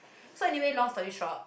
so anyway long story short